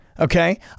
Okay